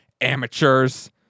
amateurs